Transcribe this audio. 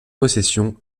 possession